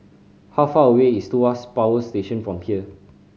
how far away is Tuas Power Station from here